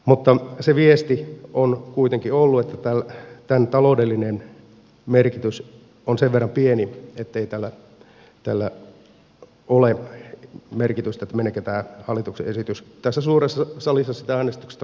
mutta se viesti on kuitenkin ollut että tämän taloudellinen merkitys on sen verran pieni ettei tällä ole merkitystä meneekö tämä hallituksen esitys tässä suuressa salissa sitten äänestyksestä läpi vai ei